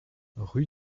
rue